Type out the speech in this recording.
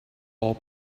all